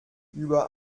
über